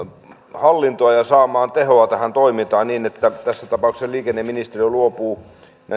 hallintoa ja saamaan tehoa tähän toimintaan niin että tässä tapauksessa liikenneministeriö luopuu